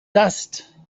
dust